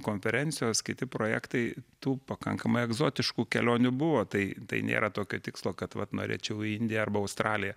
konferencijos kiti projektai tų pakankamai egzotiškų kelionių buvo tai tai nėra tokio tikslo kad vat norėčiau į indiją arba australiją